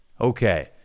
Okay